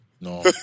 No